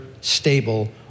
stable